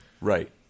Right